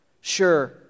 Sure